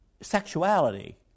sexuality